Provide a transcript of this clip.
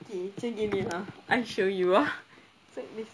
okay macam gini ha I show you ah sedih